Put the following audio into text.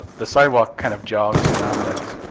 the sidewalk kind of jogs around that.